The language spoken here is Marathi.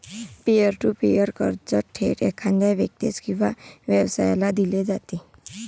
पियर टू पीअर कर्ज थेट एखाद्या व्यक्तीस किंवा व्यवसायाला दिले जाते